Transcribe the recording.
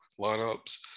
lineups